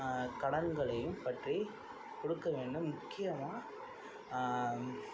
கடன்களையும் பற்றி கொடுக்க வேண்டும் முக்கியமாக